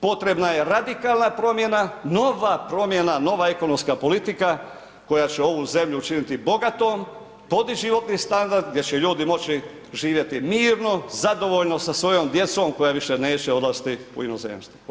Potrebna je radikalna promjena, nova promjena, nova ekonomska politika koja će ovu zemlju učiniti bogatom, podići opći standard gdje će ljudi moći živjeti mirno, zadovoljno sa svojom djecom koja više neće odlaziti u inozemstvo, hvala.